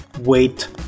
wait